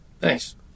Thanks